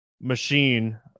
machine